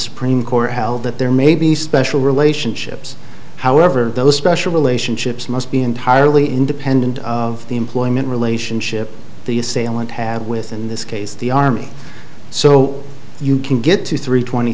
supreme court held that there may be special relationships however those special relationships must be entirely independent of the employment relationship the assailant have with in this case the army so you can get to three twenty